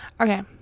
okay